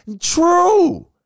True